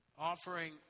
offering